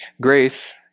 Grace